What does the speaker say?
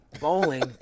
Bowling